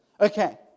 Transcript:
Okay